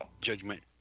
Judgment